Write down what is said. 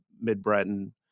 Mid-Breton